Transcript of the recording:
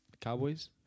Cowboys